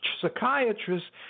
psychiatrists